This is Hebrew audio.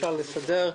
אפשר לסדר,